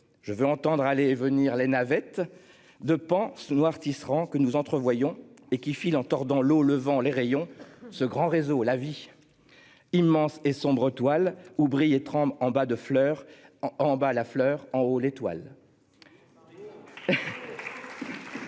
je veux entendre aller et venir les navettes de pense noir tisserand que nous entrevoyons et qui file en tordant l'eau, le vent les rayons ce grand réseau la vie. Immense et sombre toile où 30 en bas de fleurs en en bas la fleur en haut, l'étoile.--